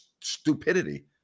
stupidity